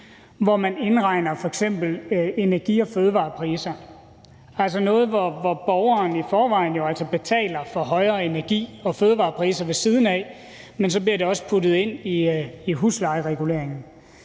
hvor man indregner f.eks. energi- og fødevarepriser, altså noget, hvor borgeren jo altså i forvejen betaler for højere energi- og fødevarepriser, men hvor det så også bliver puttet ind i huslejereguleringen.